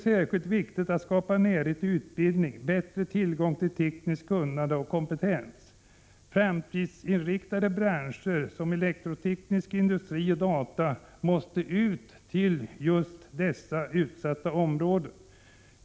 Särskilt viktigt är att skapa närhet till utbildning och bättre tillgång till tekniskt kunnande och kompetens. Framtidsinriktade branscher som elektroteknisk industri och dataindustri måste ut till just dessa utsatta områden.